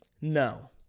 No